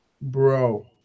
Bro